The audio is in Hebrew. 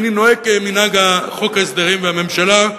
אני נוהג כמנהג חוק ההסדרים והממשלה,